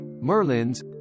merlins